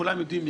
כולם יודעים,